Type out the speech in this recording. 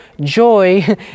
joy